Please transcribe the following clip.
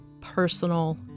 personal